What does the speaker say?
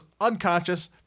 unconscious